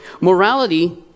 Morality